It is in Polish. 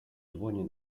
dłonie